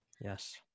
Yes